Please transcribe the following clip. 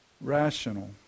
rational